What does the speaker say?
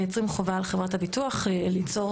מייצרים חובה על חברת הביטוח ליצור